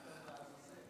הוא שלח אותם לעזאזל.